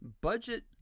budget